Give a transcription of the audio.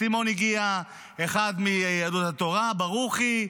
סימון הגיע, אחד מיהדות התורה, ברוכי,